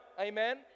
Amen